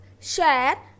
share